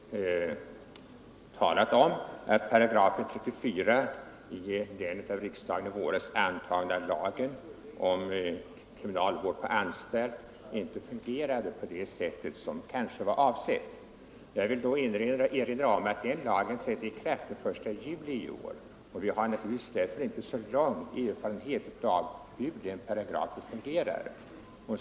Herr talman! Fru Kristensson har talat om att 34 § i den av riksdagen i våras antagna lagen om kriminalvård på anstalt inte fungerar på det sätt som var avsett. Jag vill då erinra om att lagen trädde i kraft den 1 juli i år, och vi har därför naturligtvis inte så lång erfarenhet av hur den paragrafen fungerar.